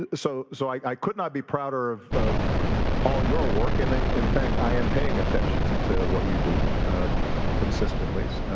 ah so so i i could not be prouder of of all your work. and in fact, i am paying attention to what you do consistently.